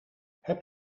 heb